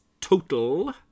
total